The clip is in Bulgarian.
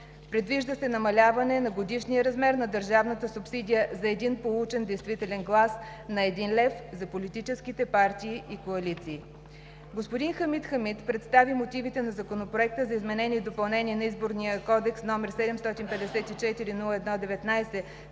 Предвижда се намаляване на годишния размер на държавната субсидия за един получен действителен глас на 1 лев за политическите партии и коалиции. Господин Хамид Хамид представи мотивите на Законопроекта за изменение и допълнение на Изборния кодекс, № 754-01-19,